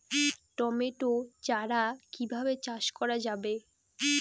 Tomato চারা কিভাবে চাষ করা যাবে?